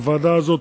הוועדה הזאת,